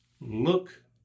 look